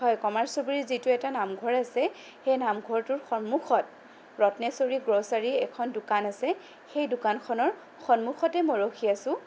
হয় কমাৰচুবুৰী যিটো এটা নামঘৰ আছে সেই নামঘৰটোৰ সন্মুখত ৰত্নেশ্বৰী গ্ৰ'চাৰী এখন দোকান আছে সেই দোকানখনৰ সন্মুখতে মই ৰখি আছোঁ